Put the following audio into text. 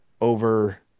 over